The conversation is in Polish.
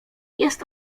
jest